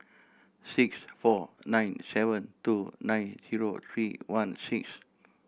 six four nine seven two nine zero three one six